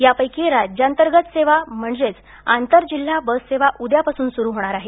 त्यापैकी राज्यांतर्गत सेवा म्हणजेच आंतरजिल्हा बससेवा उद्यापासून सुरू होणार आहे